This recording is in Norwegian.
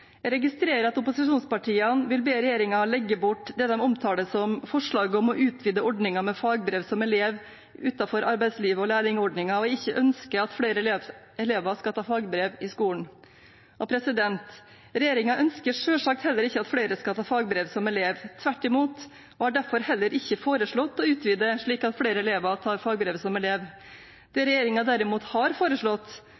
Jeg registrerer at opposisjonspartiene vil be regjeringen legge bort det de omtaler som «forslaget om å utvide ordningen for fagbrev som elev utenfor arbeidslivet og lærlingordningen», og ikke ønsker at flere elever skal ta fagbrev i skolen. Regjeringen ønsker selvsagt heller ikke at flere skal ta fagbrev som elev – tvert imot – og har derfor heller ikke foreslått å utvide slik at flere elever tar fagbrevet som elev. Det